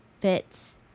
fits